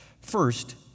First